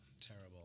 terrible